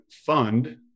fund